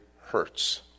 hurts